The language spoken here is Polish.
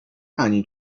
ani